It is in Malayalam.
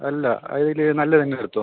അല്ല അതിൽ നല്ലതുതന്നെ എടുത്തോ